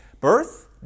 birth